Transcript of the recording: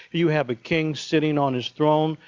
you have a king sitting on his throne.